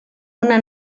una